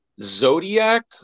Zodiac